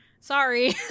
sorry